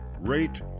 rate